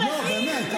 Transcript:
הוא מבין בעוד דברים,